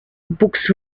books